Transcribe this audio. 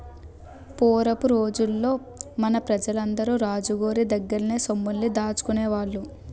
పూరపు రోజుల్లో మన పెజలందరూ రాజు గోరి దగ్గర్నే సొమ్ముల్ని దాసుకునేవాళ్ళు